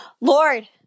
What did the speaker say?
Lord